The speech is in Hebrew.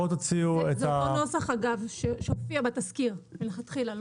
אגב, זה אותו נוסח שהופיע בתזכיר לכתחילה.